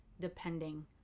depending